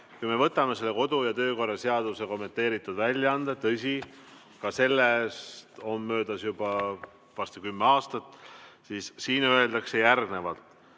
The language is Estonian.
kui me võtame selle kodu- ja töökorra seaduse kommenteeritud väljaande – tõsi, ka selle [ilmumisest] on möödas juba varsti kümme aastat –, siis siin öeldakse järgnevalt: